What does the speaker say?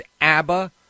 ABBA